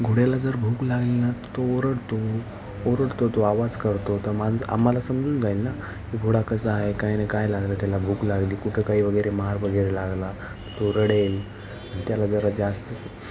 घोड्याला जर भूक लागेल ना तो ओरडतो ओरडतो तो आवाज करतो तर माणसं आम्हाला समजून जाईल ना की घोडा कसा आहे काय ना काय लागला त्याला भूक लागली कुठं काही वगैरे मारवगैरे लागला तो रडेल त्याला जरा जास्तच